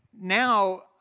Now